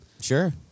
Sure